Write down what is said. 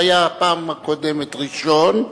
שהיה בפעם הקודמת ראשון,